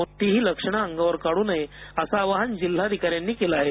कोणतेही लक्षण अंगावर काढू नये अस आवाहन जिल्हाधिकारी यांनी केले आहे